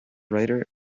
writer